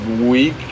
Week